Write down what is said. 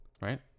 right